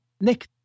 Nick